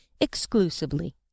exclusively